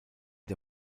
der